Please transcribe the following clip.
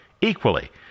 equally